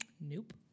Nope